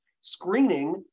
screening